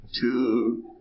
two